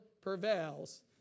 prevails